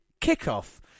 kick-off